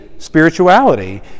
spirituality